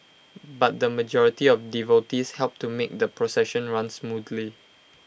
but the majority of devotees helped to make the procession run smoothly